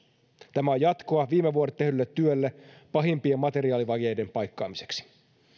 tämä on jatkoa viime vuodet tehdylle työlle pahimpien materiaalivajeiden paikkaamiseksi